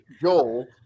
Joel